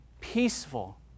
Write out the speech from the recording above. peaceful